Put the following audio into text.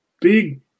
Big